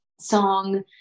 song